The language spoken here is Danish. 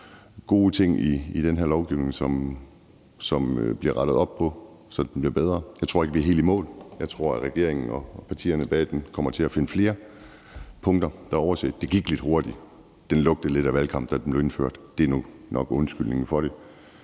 gode ting i den her lovgivning, som der bliver rettet op på, som bliver bedre. Jeg tror ikke, at vi kommer helt i mål. Jeg tror, at regeringen og partierne bag den kommer til at finde flere punkter, der er overset. Det gik lidt hurtigt; det lugtede lidt af valgkamp, da det blev indført, og det er nok undskyldningen for det.